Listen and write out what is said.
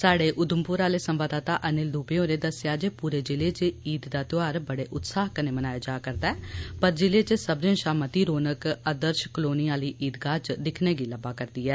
स्हाड़े उधमपुर आले संवाददाता अनिल दुबे होरें दस्सेआ जे पूरे जिले च ईद दा त्यौहार बड़े उत्साह कन्नै मनाया जा रदा ऐ पर जिले च सब्बने शा मती रौनक आर्दश कालोनी आह्ले ईदगाह च दिक्खने गी लब्बा रदी ऐ